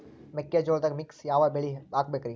ಮೆಕ್ಕಿಜೋಳದಾಗಾ ಮಿಕ್ಸ್ ಯಾವ ಬೆಳಿ ಹಾಕಬೇಕ್ರಿ?